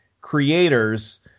creators